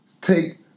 take